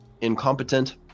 incompetent